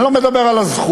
אני לא מדבר על הזכות,